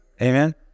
Amen